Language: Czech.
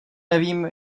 nevím